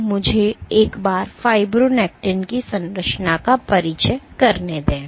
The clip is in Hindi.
तो मुझे एक बार फ़ाइब्रोनेक्टिन की संरचना का परिचय करने दें